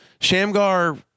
Shamgar